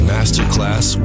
Masterclass